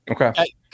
Okay